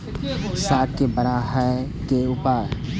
साग के बड़ा है के उपाय?